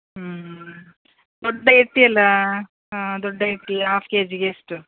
ಹ್ಞೂ ದೊಡ್ಡ ಏರ್ಟಿಯಲಾ ಹಾಂ ದೊಡ್ಡ ಏರ್ಟಿ ಹಾಫ್ ಕೇ ಜಿಗೆ ಎಷ್ಟು